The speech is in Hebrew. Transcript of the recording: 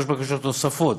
שלוש בקשות נדחו,